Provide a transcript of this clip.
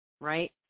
right